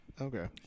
Okay